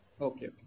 Okay